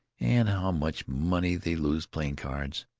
and how much money they lose playing cards.